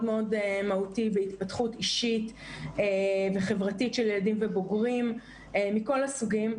מאוד מהותי בהתפתחות אישית וחברתית של ילדים ובוגרים מכל הסוגים,